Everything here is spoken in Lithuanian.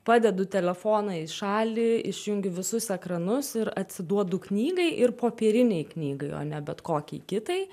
padedu telefoną į šalį išjungiu visus ekranus ir atsiduodu knygai ir popierinei knygai o ne bet kokiai kitai